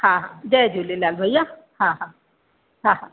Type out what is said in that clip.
हा हा जय झूलेलाल भैया हा हा हा हा